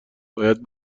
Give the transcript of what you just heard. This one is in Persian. باید